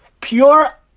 pure